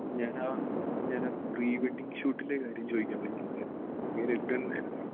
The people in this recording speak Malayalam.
ഞാൻ ആ ഞാൻ ആ പ്രീവെഡ്ഡിംഗ് ഷൂട്ടിൻറ്റെ കാര്യം ചോദിക്കാൻ വിളിക്കുന്നതായിരുന്നു പേരെട്രിൻന്നായിരുന്നു